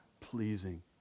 pleasing